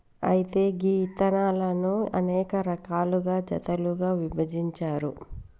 అయితే గీ ఇత్తనాలను అనేక రకాలుగా జాతులుగా విభజించారు